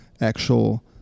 actual